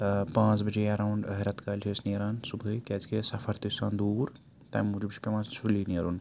پانٛژھ بجے اٮ۪راوُںٛڈ رٮ۪تہٕ کالہِ چھِ أسۍ نیران صُبحٲے کیٛازِکہِ سفر تہِ چھُ آسان دوٗر تَمہِ موٗجوٗب چھِ پٮ۪وان سُلی نیرُن